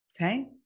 Okay